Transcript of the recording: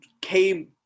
came